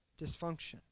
dysfunction